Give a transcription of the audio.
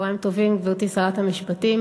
צהריים טובים, גברתי שרת המשפטים,